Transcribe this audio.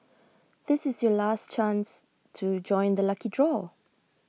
this is your last chance to join the lucky draw